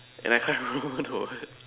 and I can't remember who told what